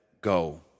go